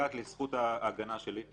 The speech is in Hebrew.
נפגעת זכות ההגנה שלי,